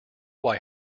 why